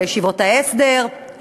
לישיבות ההסדר,